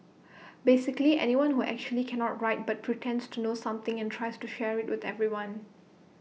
basically anyone who actually cannot write but pretends to know something and tries to share IT with everyone